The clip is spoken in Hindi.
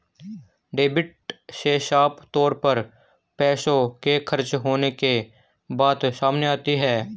डेबिट से साफ तौर पर पैसों के खर्च होने के बात सामने आती है